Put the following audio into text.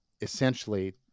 essentially